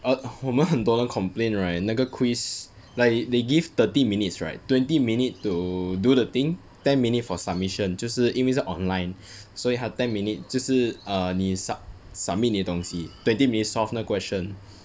orh 我们很多人 complain right 那个 quiz like they give thirty minutes right twenty minute to do the thing ten minute for submission 就是因为在 online 所以他 ten minute 就是 err 你 sub~ submit 你的东西 twenty minutes solve 那个 question